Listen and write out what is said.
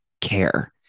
care